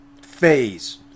phase